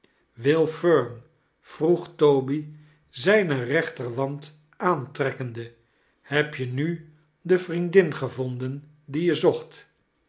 will fern vroeg toby zijne reenter want aantrekkeinde heb je nil die vriendin gevonden die je ziocht